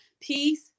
peace